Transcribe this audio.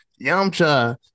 Yamcha